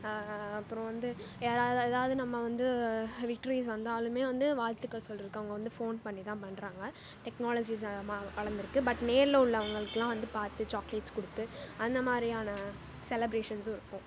அப்புறம் வந்து யாராவது எதாவது நம்ம வந்து விக்ட்ரீக்ஸ் வந்தாலும் வந்து வாழ்த்துக்கள் சொல்றக்கு அவங்க வந்து ஃபோன் பண்ணிதான் பண்ணுறாங்க டெக்னாஜீஸ் ம வளர்ந்திருக்கு பட் நேரில் உள்ளவங்களுக்குலாம் வந்து பார்த்து சாக்லேட்ஸ் கொடுத்து அந்த மாதிரியான செலப்ரேஷன்ஸும்ருக்கும்